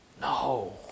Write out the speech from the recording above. No